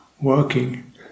working